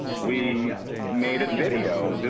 we made a video. this,